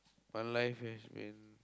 my life has been